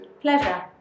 Pleasure